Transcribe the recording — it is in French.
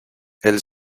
elles